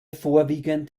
vorwiegend